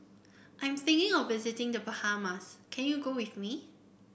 I'm thinking of visiting The Bahamas can you go with me